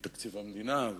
לתקציב המדינה,